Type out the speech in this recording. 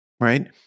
Right